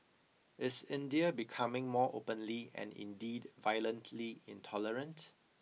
is India becoming more openly and indeed violently intolerant